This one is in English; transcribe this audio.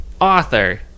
author